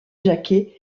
jacquet